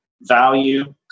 value